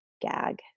gag